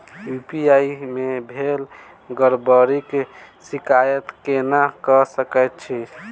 UPI मे भेल गड़बड़ीक शिकायत केना कऽ सकैत छी?